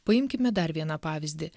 paimkime dar vieną pavyzdį